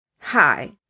Hi